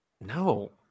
No